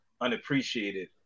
unappreciated